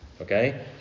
Okay